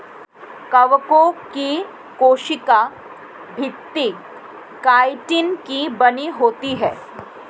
कवकों की कोशिका भित्ति काइटिन की बनी होती है